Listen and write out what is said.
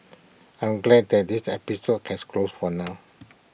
I'm glad that this episode has closed for now